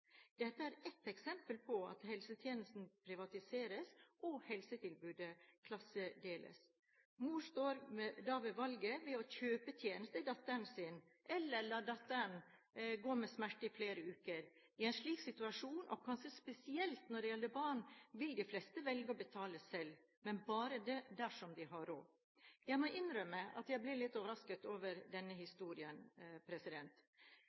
Dette er ett eksempel på at helsetjenester privatiseres, og at helsetilbudet klassedeles. Mor står da med valget om å kjøpe tjenesten til datteren sin eller å la datteren gå med smerter i flere uker. I en slik situasjon, og kanskje spesielt når det gjelder barn, vil de fleste velge å betale selv – men bare dersom de har råd. Jeg må innrømme at jeg ble litt overrasket over denne